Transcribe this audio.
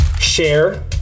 Share